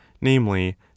namely